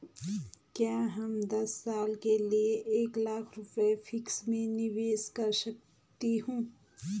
क्या मैं दस साल के लिए एक लाख रुपये फिक्स में निवेश कर सकती हूँ?